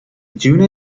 june